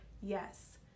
yes